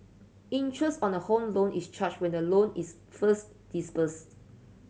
interest on a Home Loan is charged when the loan is first disbursed